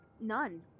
none